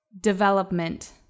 development